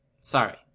Sorry